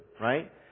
right